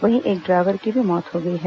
वहीं एक ड्राइवर की भी मौत हो गई है